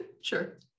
sure